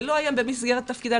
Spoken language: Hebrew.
זה לא היה במסגרת תפקידה.